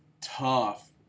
tough